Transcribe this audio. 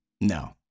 No